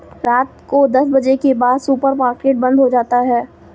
रात को दस बजे के बाद सुपर मार्केट बंद हो जाता है